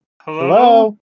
Hello